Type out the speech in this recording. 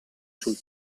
sul